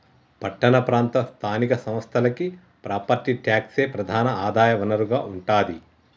పట్టణ ప్రాంత స్థానిక సంస్థలకి ప్రాపర్టీ ట్యాక్సే ప్రధాన ఆదాయ వనరుగా ఉంటాది